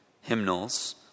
hymnals